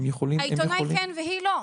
העיתונאי כן והיא לא.